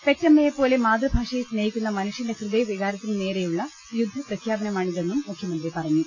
പെറ്റമ്മയെപ്പോലെ മാതൃഭാ ഷയെ സ്നേഹിക്കുന്നു മനുഷ്യന്റെ ഹൃദയ വികാരത്തിന് നേരെ യുള്ള യുദ്ധ പ്രഖ്യാപനമാണിതെന്ന് മുഖ്യമന്ത്രി പറഞ്ഞു